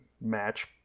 match